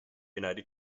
united